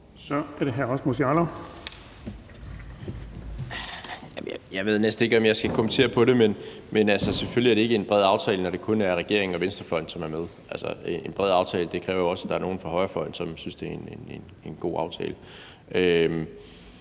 Kl. 13:00 Rasmus Jarlov (KF): Jeg ved næsten ikke, om jeg skal kommentere på det. Men altså, selvfølgelig er det ikke en bred aftale, når det kun er regeringen og venstrefløjen, som er med. Altså, en bred aftale kræver også, at der er nogle fra højrefløjen, som synes, det er en god aftale.